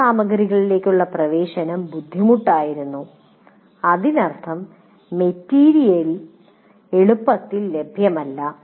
പഠന സാമഗ്രികളിലേക്കുള്ള പ്രവേശനം ബുദ്ധിമുട്ടായിരുന്നു അതിനർത്ഥം മെറ്റീരിയൽ എളുപ്പത്തിൽ ലഭ്യമല്ല